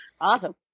Awesome